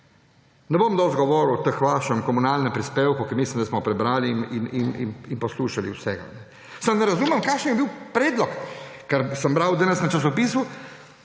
Ne bom dosti govoril o vašem komunalnem prispevku, ker mislim, da smo prebrali in poslušali vse. Samo ne razumem, kakšen je bil predlog, ker sem danes bral v časopisu,